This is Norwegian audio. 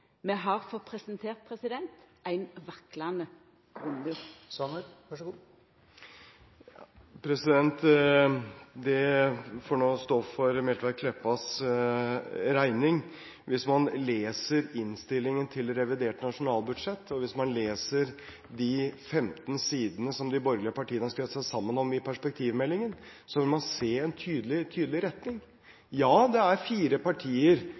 Me har fått presentert ein vaklande grunnmur. Det får nå stå for Meltveit Kleppas regning. Hvis man leser innstillingen til revidert nasjonalbudsjett, og hvis man leser de 15 sidene som de borgerlige partiene har skrevet seg sammen om i Perspektivmeldingen, vil man se en tydelig retning. Ja, det er fire